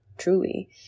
Truly